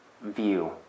view